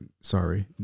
sorry